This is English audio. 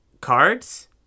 cards